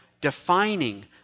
defining